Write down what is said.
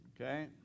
Okay